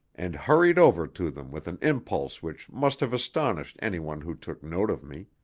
and hurried over to them with an impulse which must have astonished anyone who took note of me.